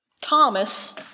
Thomas